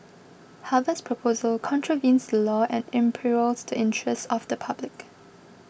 Harvard's proposal contravenes the law and imperils the interest of the public